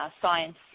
science